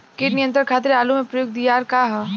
कीट नियंत्रण खातिर आलू में प्रयुक्त दियार का ह?